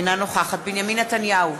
אינה נוכחת בנימין נתניהו,